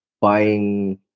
buying